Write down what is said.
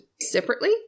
separately